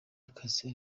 akazi